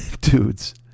dudes